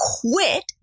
quit